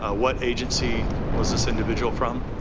ah what agency was this individual from?